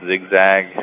zigzag